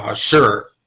ah sure.